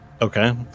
Okay